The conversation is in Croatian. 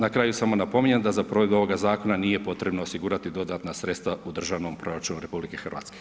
Na kraju samo napominjem da za provedbu ovoga zakona nije potrebno osigurati dodatna sredstva u državnom proračunu RH.